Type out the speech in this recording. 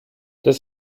das